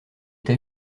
t’as